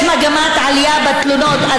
יש מגמת עלייה בתלונות,